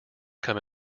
come